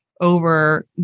over